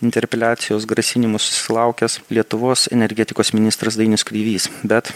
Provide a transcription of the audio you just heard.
interpeliacijos grasinimų susilaukęs lietuvos energetikos ministras dainius kreivys bet